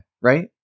right